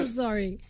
sorry